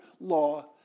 law